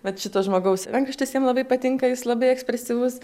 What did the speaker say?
vat šito žmogaus rankraštis jam labai patinka jis labai ekspresyvus